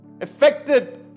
affected